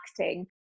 acting